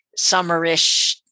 summerish